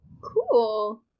Cool